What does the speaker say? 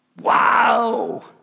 Wow